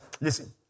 listen